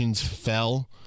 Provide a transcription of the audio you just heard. fell